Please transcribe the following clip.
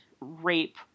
rape